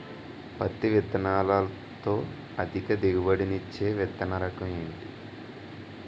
పత్తి విత్తనాలతో అధిక దిగుబడి నిచ్చే విత్తన రకం ఏంటి?